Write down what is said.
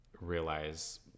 realize